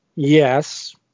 Yes